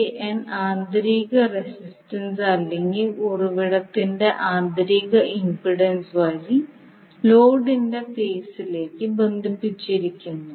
Van ആന്തരിക resistance അല്ലെങ്കിൽ ഉറവിടത്തിന്റെ ആന്തരിക ഇംപെഡൻസ് വഴി ലോഡിന്റെ ഫേസിലേക്ക് ബന്ധിപ്പിച്ചിരിക്കുന്നു